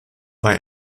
war